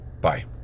Bye